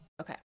Okay